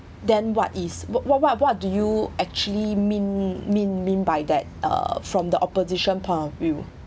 then what is what what what do you actually mean mean mean by that uh from the opposition point of view